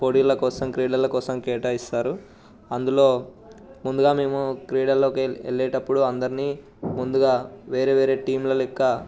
పోటీల కోసం క్రీడల కోసం కేటాయిస్తారు అందులో ముందుగా మేము క్రీడల్లోకి వెళ్లేటప్పుడు అందరిని ముందుగా వేరే వేరే టీంల లెక్క